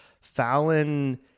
Fallon